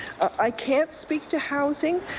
i can't speak to housing.